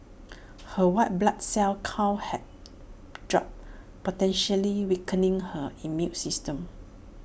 her white blood cell count had dropped potentially weakening her immune system